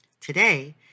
Today